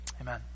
amen